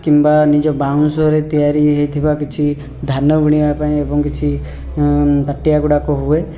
କିମ୍ବା ନିଜ ବାଉଁଶରେ ତିଆରି ହୋଇଥିବା କିଛି ଧାନ ବୁଣିବା ପାଁଇ ଏବଂ କିଛି ପାତିଆଗୁଡ଼ାକ ହୁଏ